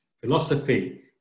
philosophy